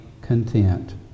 content